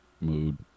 mood